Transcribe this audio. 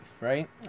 right